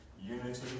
Unity